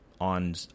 on